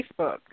Facebook